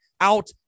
out